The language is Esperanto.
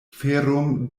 feron